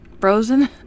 frozen